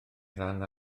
ran